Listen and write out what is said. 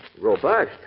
Robust